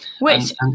Wait